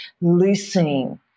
loosening